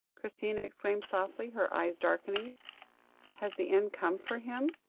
christina exclaimed softly, her eyes darkening has the end come for him?